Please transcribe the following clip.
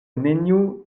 neniu